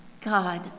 God